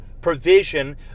provision